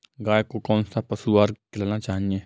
गाय को कौन सा पशु आहार खिलाना चाहिए?